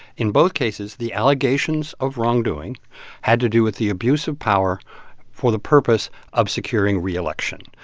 in both cases, the allegations of wrongdoing had to do with the abuse of power for the purpose of securing reelection.